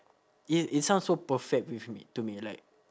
it it sounds so perfect with me to me like